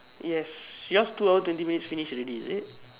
yes yours two hour twenty minutes finish already is it